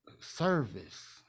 service